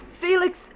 Felix